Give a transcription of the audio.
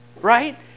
right